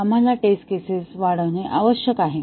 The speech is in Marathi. आम्हाला टेस्ट केसेस वाढवणे आवश्यक आहे